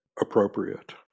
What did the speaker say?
appropriate